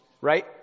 right